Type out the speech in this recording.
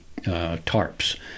tarps